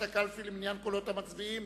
זהו.